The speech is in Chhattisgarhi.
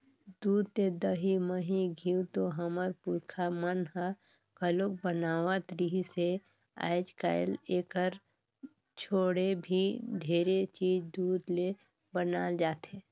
दूद ले दही, मही, घींव तो हमर पूरखा मन ह घलोक बनावत रिहिस हे, आयज कायल एखर छोड़े भी ढेरे चीज दूद ले बनाल जाथे